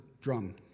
drum